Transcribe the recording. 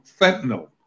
fentanyl